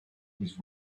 his